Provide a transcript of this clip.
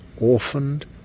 Orphaned